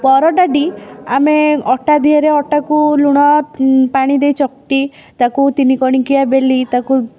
ପରଟାଟି ଆମେ ଅଟା ଧିଏରେ ଅଟାକୁ ଲୁଣ ପାଣି ଦେଇ ଚକଟି ତାକୁ ତିନି କଣିକିଆ ବେଲି ତାକୁ